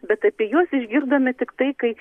bet apie juos išgirdome tiktai kai